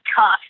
tough